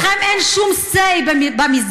לכם אין שום say במסגד.